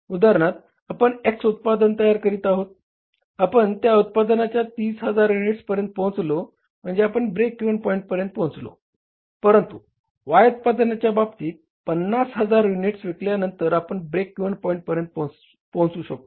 उदाहरणार्थ आपण X उत्पादन तयार करीत आहोत आपण त्या उत्पादनाच्या 30000 युनिट्सपर्यंत पोहचलो म्हणजे आपण ब्रेक इव्हन पॉईंट पर्यंत पोहचलो परंतु Y उत्पादनाच्या बाबतीत 50000 युनिट्स विकल्या नंतर आपण ब्रेक इव्हन पॉईंट पर्यंत पोहचू शकतो